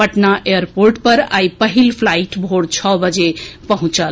Patna airport पर आई पहिल पलाइट भोर छओ बजे पहुंचल